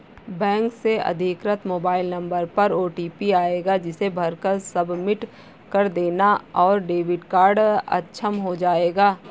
bank से अधिकृत mobile number पर ओटीपी आएगा जिसे भरकर सबमिट कर देना है और डेबिट कार्ड अक्षम हो जाएगा